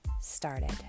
started